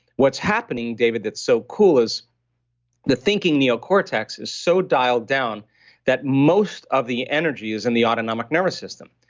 what's happening david, that's so cool is the thinking neocortex is so dialed down that most of the energy is in the autonomic nervous system.